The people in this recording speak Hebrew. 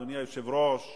אדוני היושב-ראש,